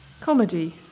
Comedy